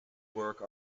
work